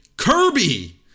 Kirby